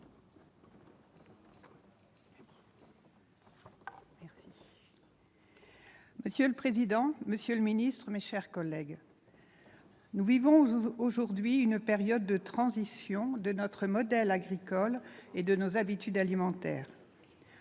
Monsieur le président, monsieur le ministre, mes chers collègues, nous vivons aujourd'hui une période de transition de notre modèle agricole et de nos habitudes alimentaires.